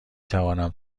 توانم